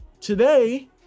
today